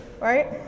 right